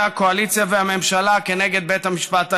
הקואליציה והממשלה כנגד בית המשפט העליון.